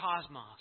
cosmos